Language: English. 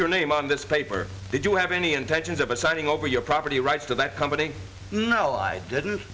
your name on this paper did you have any intentions of assigning over your property rights to that company no i didn't